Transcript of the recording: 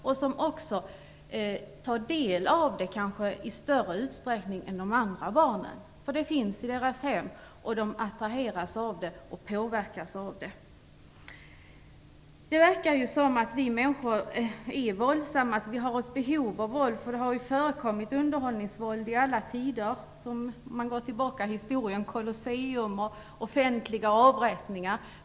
De utsätts kanske också för det i större utsträckning än de andra barnen. Det finns i deras hem, och de attraheras av det och påverkas av det. Det verkar som om vi människor är våldsamma och har ett behov av våld. Det har ju förekommit underhållningsvåld i alla tider. Vi kan tänka på det som skedde på Colosseum och vid offentliga avrättningar.